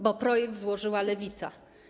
Bo projekt złożyła Lewica.